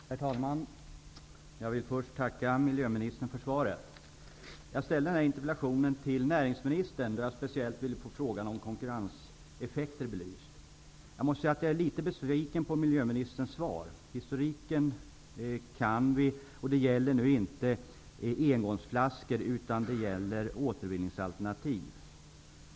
Herr talman! Jag vill först tacka miljöministern för svaret. Jag framställde interpellationen till näringsministern, då jag speciellt ville få frågan om konkurrenseffekter belyst. Jag måste säga att jag är litet besviken på miljöministerns svar. Historiken kan vi, och det gäller nu inte engångsflaskor utan återvinningsalternativ.